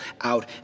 out